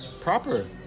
proper